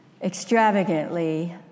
extravagantly